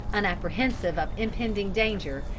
unapprehensive of impending danger,